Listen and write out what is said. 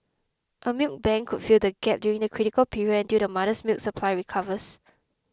a milk bank could fill the gap during the critical period until the mother's milk supply recovers